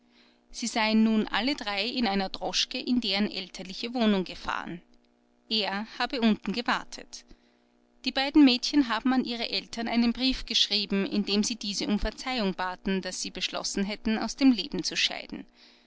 sie seien nun alle drei in einer droschke in deren elterliche wohnung gefahren er habe unten gewartet die beiden mädchen haben an ihre eltern einen brief geschrieben in dem sie diese um verzeihung baten daß sie beschlossen hätten aus dem leben zu scheiden